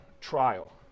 trial